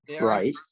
Right